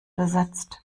besetzt